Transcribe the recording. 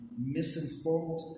Misinformed